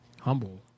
Humble